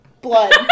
Blood